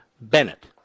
Bennett